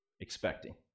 expecting